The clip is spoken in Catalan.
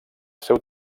seu